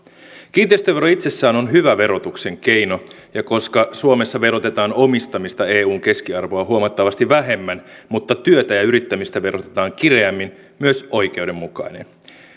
kiinteistövero itsessään on hyvä verotuksen keino ja koska suomessa verotetaan omistamista eun keskiarvoa huomattavasti vähemmän mutta työtä ja yrittämistä verotetaan kireämmin se on myös oikeudenmukainen